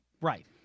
Right